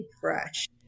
fresh